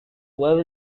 web